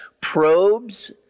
probes